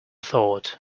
thought